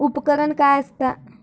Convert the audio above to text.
उपकरण काय असता?